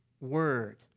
word